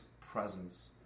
presence